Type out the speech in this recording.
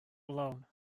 alone